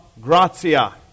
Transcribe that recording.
gratia